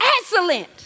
Excellent